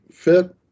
fit